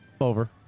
Over